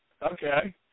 Okay